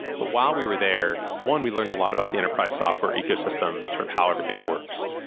but while we were there, one we learned a lot about the enterprise software ecosystem sort of how everything works,